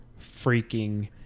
freaking